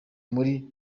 muri